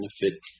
benefit